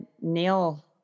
nail